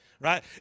right